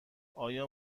آیا